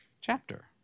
chapter